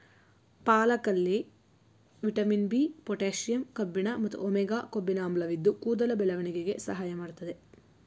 ಪಾಲಕಲ್ಲಿ vitamin B, potassium ಕಬ್ಬಿಣ ಮತ್ತು omega ಕೊಬ್ಬಿನ ಆಮ್ಲವಿದ್ದು ಕೂದಲ ಬೆಳವಣಿಗೆಗೆ ಸಹಾಯ ಮಾಡ್ತದೆ